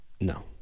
No